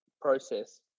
process